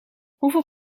hoeveel